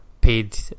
paid